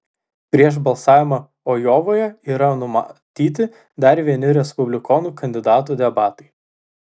prieš balsavimą ajovoje yra numatyti dar vieni respublikonų kandidatų debatai